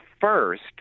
first